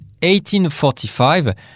1845